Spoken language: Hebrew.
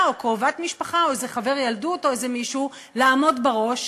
או קרובת משפחה או לאיזה חבר ילדות או איזה מישהו לעמוד בראש,